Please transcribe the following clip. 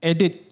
Edit